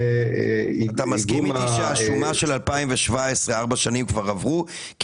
אתה מסכים איתי שעל השומה של 2017 ארבע שנים כבר עברו?